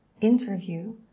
interview